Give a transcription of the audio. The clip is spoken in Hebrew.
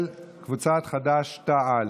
של קבוצת חד"ש-תע"ל.